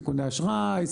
סיכוני אשראי,